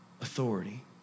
authority